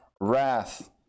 wrath